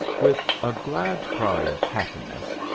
with a glad cry of happiness,